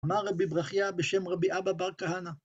אמר רבי ברכיה בשם רבי אבא בר כהנא.